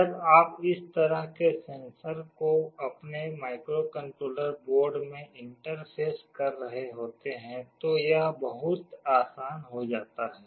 जब आप इस तरह के सेंसर को अपने माइक्रोकंट्रोलर बोर्ड में इंटरफ़ेस कर रहे होते हैं तो यह बहुत आसान हो जाता है